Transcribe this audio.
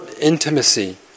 intimacy